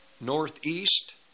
northeast